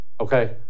okay